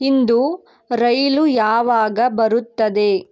ಇಂದು ರೈಲು ಯಾವಾಗ ಬರುತ್ತದೆ